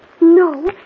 No